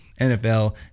NFL